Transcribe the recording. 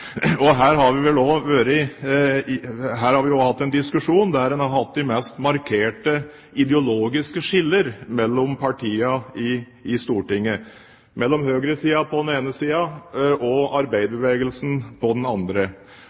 dem. Her har vi også hatt en diskusjon der en har hatt de mest markerte ideologiske skiller mellom partiene i Stortinget – mellom høyresiden på den ene siden og arbeiderbevegelsen på den andre